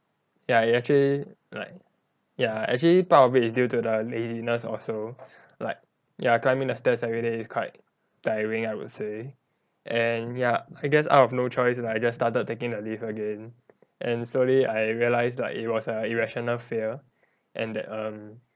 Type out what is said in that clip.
ya it actually like ya actually part of it is due to the laziness also like ya climbing the stairs everyday is quite tiring I would say and ya I guess out of no choice like I just started taking the lift again and slowly I realised like it was a irrational fear and that um